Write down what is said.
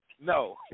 No